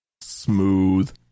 smooth